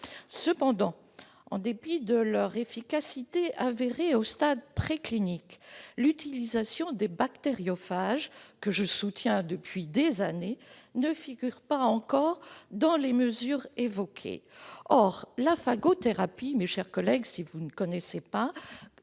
Cependant, en dépit de leur efficacité avérée au stade préclinique, l'utilisation des bactériophages, que je soutiens depuis des années, ne figure pas encore dans les mesures évoquées. Or, la phagothérapie, qui consiste à utiliser des